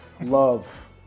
Love